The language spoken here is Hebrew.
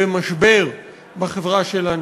במשבר בחברה שלנו,